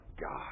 God